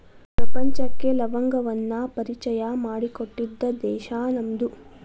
ಪ್ರಪಂಚಕ್ಕೆ ಲವಂಗವನ್ನಾ ಪರಿಚಯಾ ಮಾಡಿಕೊಟ್ಟಿದ್ದ ದೇಶಾ ನಮ್ದು